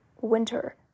winter